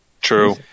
True